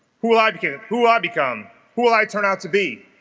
who will i became who i become who will i turn out to be